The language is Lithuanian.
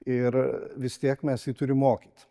ir vis tiek mes jį turim mokyt